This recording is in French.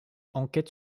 enquête